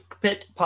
Pit